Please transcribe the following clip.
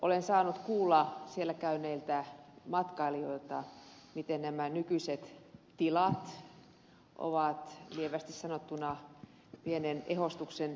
olen saanut kuulla siellä käyneiltä matkailijoilta miten nämä nykyiset tilat ovat lievästi sanottuna pienen ehostuksen tarpeessa